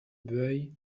bueil